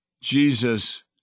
Jesus